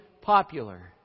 popular